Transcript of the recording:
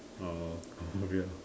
or Korea